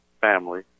Family